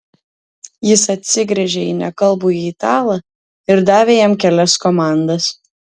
jis atsigręžė į nekalbųjį italą ir davė jam kelias komandas